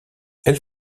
elle